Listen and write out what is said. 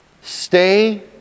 stay